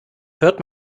hört